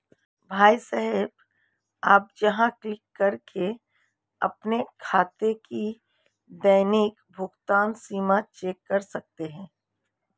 भाई साहब आप यहाँ क्लिक करके अपने खाते की दैनिक भुगतान सीमा चेक कर सकते हैं